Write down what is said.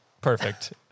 Perfect